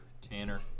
Tanner